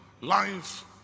life